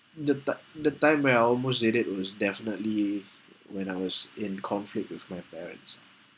the time the time where I almost did it was definitely when I was in conflict with my parents